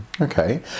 Okay